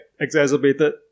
exacerbated